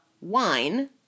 wine